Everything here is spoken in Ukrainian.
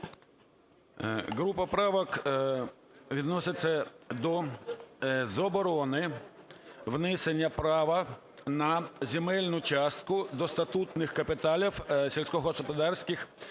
Група правок відноситься до заборони внесення права на земельну частку до статутних капіталів сільськогосподарських